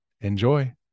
Enjoy